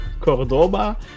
Cordoba